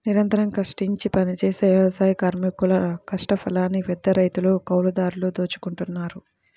నిరంతరం కష్టించి పనిజేసే వ్యవసాయ కార్మికుల కష్టఫలాన్ని పెద్దరైతులు, కౌలుదారులు దోచుకుంటన్నారు